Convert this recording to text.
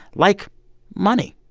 like money.